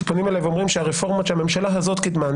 שפונים אליי ואומרים שהרפורמות שהממשלה הזאת קידמה,